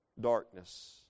darkness